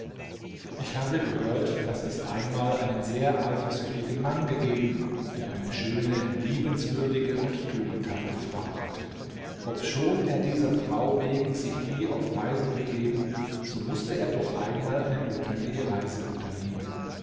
ich habe gehört daß es einmal einen sehr eifersüchtigen mann gegeben der eine schöne liebenswürdige und tugendhafte frau hatte obschon er dieser frau wegen sich nie auf reisen begeben so mußte er doch einmal eine notwendige reise unternehmen